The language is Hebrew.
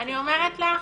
אני אומרת לך,